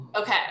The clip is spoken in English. Okay